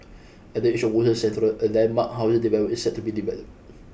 at the edge of Woodlands a landmark housing development is set to be developed